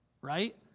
right